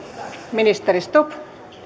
ministeri stubb